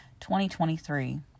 2023